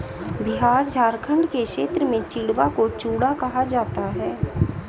बिहार झारखंड के क्षेत्र में चिड़वा को चूड़ा कहा जाता है